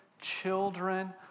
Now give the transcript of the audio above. children